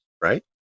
right